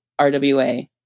RWA